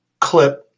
clip